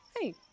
Hey